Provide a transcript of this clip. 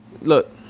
Look